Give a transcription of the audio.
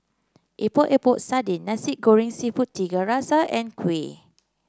Epok Epok Sardin Nasi Goreng seafood Tiga Rasa and Kuih